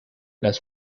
las